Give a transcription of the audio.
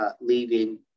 leaving